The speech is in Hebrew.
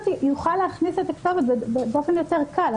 יוכל להכניס את הכתובת באופן יותר קל.